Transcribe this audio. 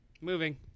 Moving